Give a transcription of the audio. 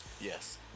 yes